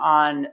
on